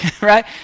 right